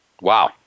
Wow